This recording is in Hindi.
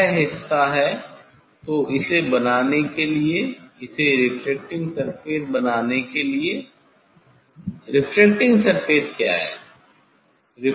वह हिस्सा है तो इसे बनाने के लिए इसे रेफ्रेक्टिंग सरफेस बनाने के लिए रेफ्रेक्टिंग सरफेस क्या है